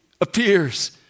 appears